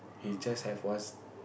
he just have one